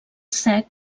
sec